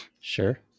Sure